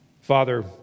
Father